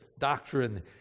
doctrine